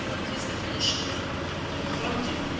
with his definition fondue.